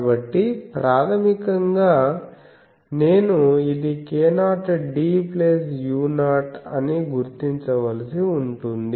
కాబట్టి ప్రాథమికంగా నేను ఇది k0d u0 అని గుర్తించవలసి ఉంటుంది